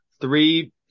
Three